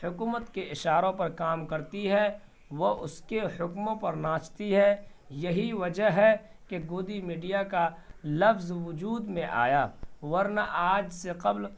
حکومت کے اشاروں پر کام کرتی ہے وہ اس کے حکموں پر ناچتی ہے یہی وجہ ہے کہ گودی میڈیا کا لفظ وجود میں آیا ورنہ آج سے قبل